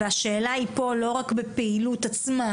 והשאלה היא פה לא רק בפעילות עצמה,